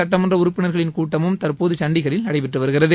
சட்டமன்ற உறுப்பினர்களின் கூட்டமும் தற்போது சண்டிகரில் நடைபெற்று வருகிறது